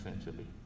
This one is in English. essentially